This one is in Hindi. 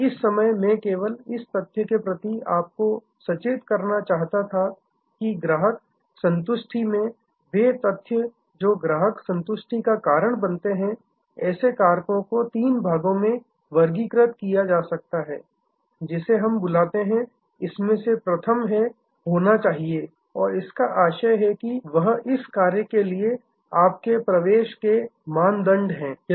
इस समय में केवल इस तथ्य के प्रति आपको सचेत करना चाहता था कि ग्राहक संतुष्टिमें वे तथ्य जो ग्राहक संतुष्टिका कारण बनते हैं ऐसे कारकों को तीन भागों में वर्गीकृत किया जा सकता है जिसे हम बुलाते हैं इसमें से प्रथम है होना चाहिए और इसका आशय है कि वह इस कार्य के लिए आपके प्रवेश के मानदंड हैं